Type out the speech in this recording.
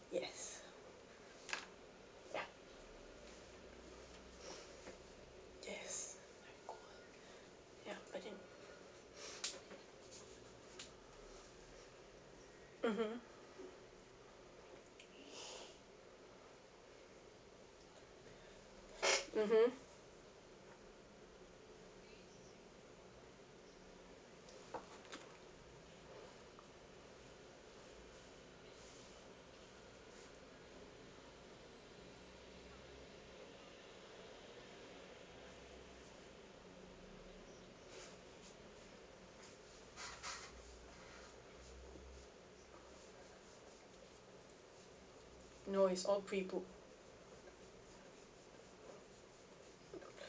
yes ya yes ya mmhmm mmhmm no it's all pre-booked